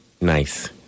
nice